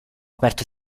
aperto